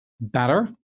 better